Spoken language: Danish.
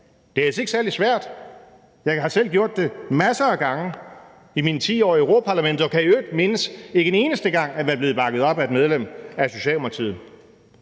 Det er ellers ikke særlig svært – jeg har selv gjort det masser af gange i mine 10 år i Europa-Parlamentet og kan jeg i øvrigt ikke mindes en eneste gang at være blevet bakket op af et medlem af Socialdemokratiet.